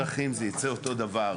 גם לפי אזרחים זה יצא אותו דבר.